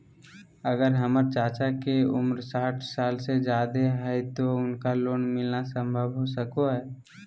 अगर हमर चाचा के उम्र साठ साल से जादे हइ तो उनका लोन मिलना संभव हो सको हइ?